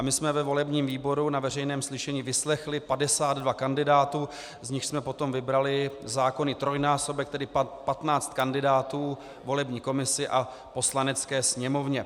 My jsme ve volebním výboru na veřejném slyšení vyslechli 52 kandidátů, z nichž jsme potom vybrali zákonný trojnásobek, tedy 15 kandidátů, volební komisi a Poslanecké sněmovně.